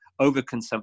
overconsumption